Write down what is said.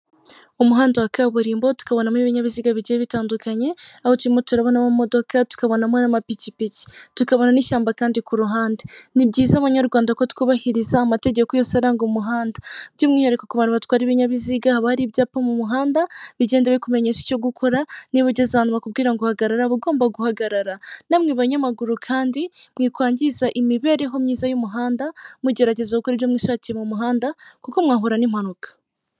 Umuhanda wa kaburimbo tukabonamo ibinyabiziga bigiye bitandukanye, aho turimo turarabonamo amamodoka, tukabonamo n'amapikipiki, tukabona n'ishyamba kandi ku ruhande, ni byiza banyarwanda ko twubahiriza amategeko yose aranga umuhanda, by'umwihariko ku bantu batwara ibinyabiziga, haba ari ibyapa mu muhanda bigenda bikumenyesha icyo gukora, niba ugeze ahantu bakubwira ngo hagarara uba ugomba guhagarara, namwe banyamaguru kandi mwikwangiza imibereho myiza y'umuhanda mugerageza gukora ibyo mwishakiye mu muhanda kuko mwahura n'impanuka.